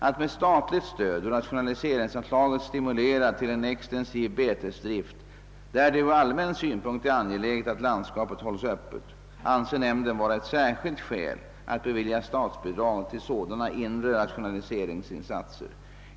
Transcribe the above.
Att med statligt stöd ur rationaliseringsanslaget stimulera till en extensiv betesdrift, där det ur allmän synpunkt är angeläget att landskapet hålls öppet, anser nämnden vara ett särskilt skäl att bevilja statsbidrag till sådana inre rationaliseringsinsatser.